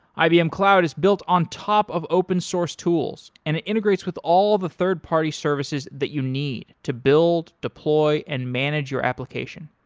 ibm cloud is built on top of open-source tools and it integrates with all the third-party services that you need to build, deploy and manage your application.